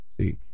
See